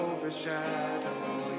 Overshadowing